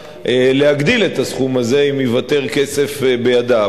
להגדיל את הסכום הזה אם ייוותר כסף בידה,